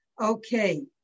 Okay